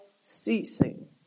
ceasing